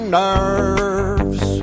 nerves